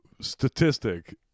statistic